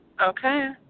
Okay